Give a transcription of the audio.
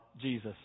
Jesus